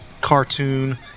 cartoon